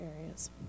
areas